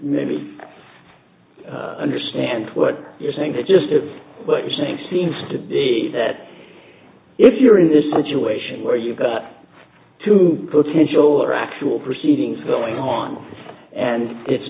maybe i understand what you're saying the gist of what you're saying seems to be that if you're in this situation where you've got two potential or actual proceedings going on and it's